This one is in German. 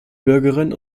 bürgerinnen